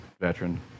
veteran